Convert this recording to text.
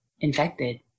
infected